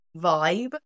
vibe